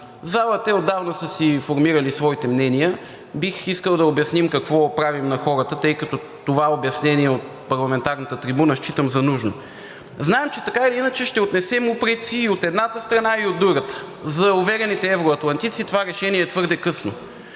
зала и те отдавна са си формирали своите мнения, но бих искал да обясним какво правим на хората, тъй като това обяснение от парламентарната трибуна считам за нужно. Знаем, че така или иначе ще отнесем упреци и от едната страна, и от другата. За уверените евроатлантици това решение е твърде късно.